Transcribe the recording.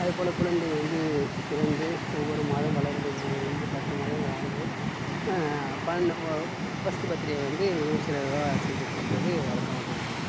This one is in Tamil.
அதுபோல குழந்தை வந்து பிறந்து ஒவ்வொரு மாதம் வளர்ந்து முடிந்து பத்து மாதங்கள் ஆன பிறகு பன்னெண்டு ஃபஸ்ட்டு பர்த்டே வந்து மிகவும் சிறப்பாக செலிபிரேட் பண்றது வழக்கமாக போய்கிட்டு இருக்குது